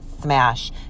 Smash